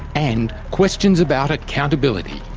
and questions about accountability.